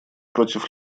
против